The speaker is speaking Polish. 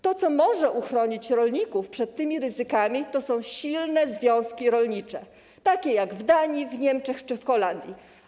To, co może uchronić rolników przed tymi ryzykami, to silne związki rolnicze takie jak w Danii, w Niemczech czy w Holandii.